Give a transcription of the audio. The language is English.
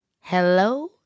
Hello